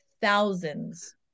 Thousands